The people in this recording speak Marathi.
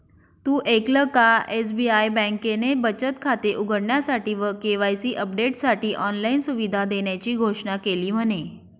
तु ऐकल का? एस.बी.आई बँकेने बचत खाते उघडण्यासाठी व के.वाई.सी अपडेटसाठी ऑनलाइन सुविधा देण्याची घोषणा केली म्हने